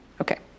Okay